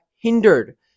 hindered